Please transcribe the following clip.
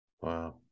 Wow